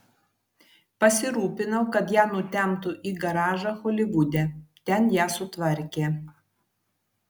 pasirūpinau kad ją nutemptų į garažą holivude ten ją sutvarkė